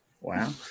Wow